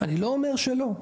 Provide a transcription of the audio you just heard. אני לא אומר שלא,